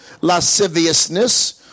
lasciviousness